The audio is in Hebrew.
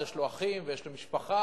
יש לו אחים ויש לו משפחה,